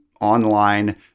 online